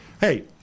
hey